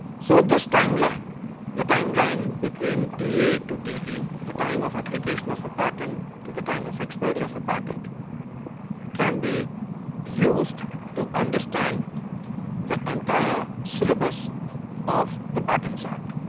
so, this time line the time line between ta to te the time of application of a patent to the time of expiry of a patent can be used to understand the entire syllabus of the patents act.